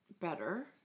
better